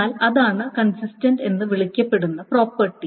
എന്നാൽ അതാണ് കൺസിസ്റ്റൻറ് എന്ന് വിളിക്കപ്പെടുന്ന പ്രോപ്പർട്ടി